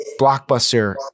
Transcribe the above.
blockbuster